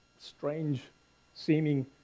strange-seeming